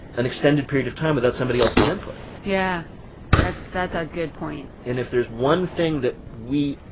an extended period of time without somebody else's input yeah that's that's a good point and if there's one thing that we,